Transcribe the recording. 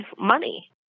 money